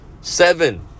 Seven